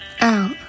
out